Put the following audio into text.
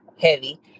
heavy